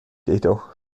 jedoch